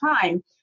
time